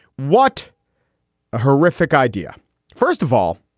what a horrific idea first of all,